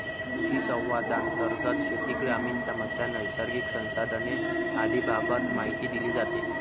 कृषिसंवादांतर्गत शेती, ग्रामीण समस्या, नैसर्गिक संसाधने आदींबाबत माहिती दिली जाते